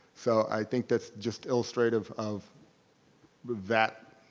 so i think that's just illustrative of but that,